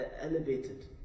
elevated